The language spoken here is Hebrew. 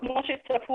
היסודי.